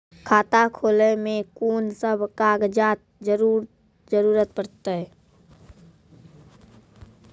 खाता खोलै मे कून सब कागजात जरूरत परतै?